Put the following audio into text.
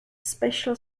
special